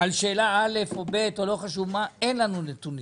על שאלה א' או ב' שאין לכם נתונים.